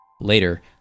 Later